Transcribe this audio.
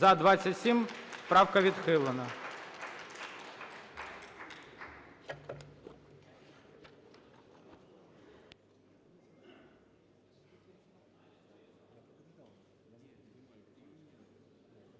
За-27 Правка відхилена.